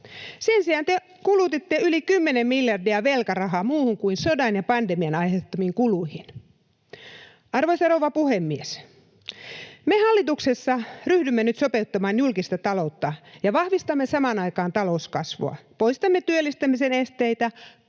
Sen sijaan te kulutitte yli kymmenen miljardia velkarahaa muuhun kuin sodan ja pandemian aiheuttamiin kuluihin. Arvoisa rouva puhemies! Me hallituksessa ryhdymme nyt sopeuttamaan julkista taloutta ja vahvistamme samaan aikaan talouskasvua, poistamme työllistämisen esteitä